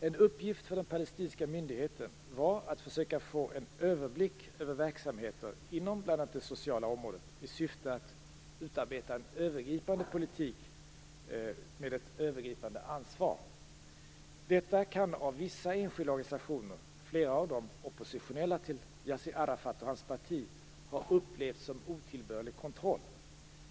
En uppgift för den palestinska myndigheten var att försöka få en överblick över verksamheter inom bl.a. det sociala området i syfte att utarbeta en övergripande politik med ett övergripande ansvar. Detta kan av vissa enskilda organisationer - flera av dem oppositionella till Yassir Arafat och hans parti - ha upplevts som otillbörlig kontroll.